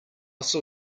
saw